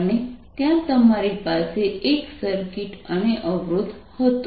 અને ત્યાં અમારી પાસે એક સર્કિટ અને અવરોધ હતો